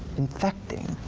infecting.